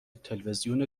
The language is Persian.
تلویزیون